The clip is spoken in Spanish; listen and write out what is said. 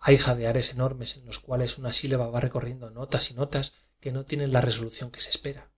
hay jadeares enormes en los cuales una sílaba va recorriendo notas y notas que no tienen la resolución que se espera